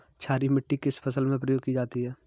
क्षारीय मिट्टी किस फसल में प्रयोग की जाती है?